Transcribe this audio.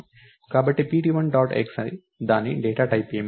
కాబట్టి pt1 dot x దాని data type ఏమిటి